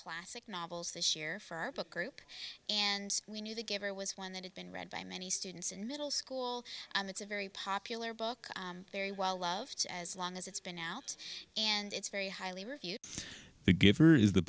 classic novels this year for our book group and we need to give it was one that had been read by many students in middle school and it's a very popular book very well loved as long as it's been out and it's very highly refutes the